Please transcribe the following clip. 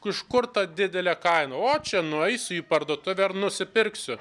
iš kur ta didelė kaina o čia nueisiu į parduotuvę ir nusipirksiu